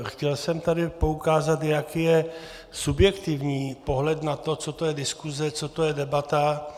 Chtěl jsem tady poukázat, jak je subjektivní pohled na to, co to je diskuze, co to je debata.